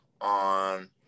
on